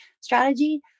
strategy